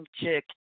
Chick